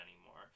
anymore